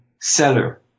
seller